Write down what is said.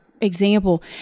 example